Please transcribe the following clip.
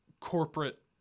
corporate